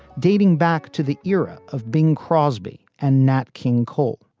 dating back to the era of bing crosby and nat king cole,